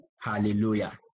Hallelujah